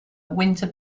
winter